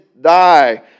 die